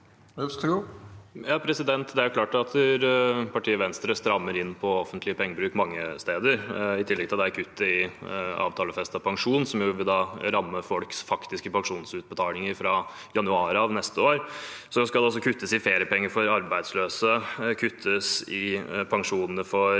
Det er jo klart at partiet Venstre strammer inn på offentlig pengebruk mange steder. I tillegg til dette kuttet i avtalefes tet pensjon, som vil ramme folks faktiske pensjonsutbetalinger fra januar av neste år, skal det også kuttes i feriepenger for arbeidsløse, kuttes i pensjonene for